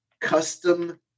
custom